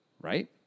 right